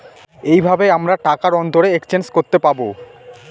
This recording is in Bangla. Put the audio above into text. এইভাবে আমরা টাকার অন্তরে এক্সচেঞ্জ করতে পাবো